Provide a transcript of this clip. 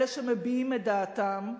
אלה שמביעים את דעתם,